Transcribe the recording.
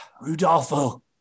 Rudolfo